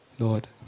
Lord